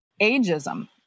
ageism